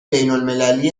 بینالمللی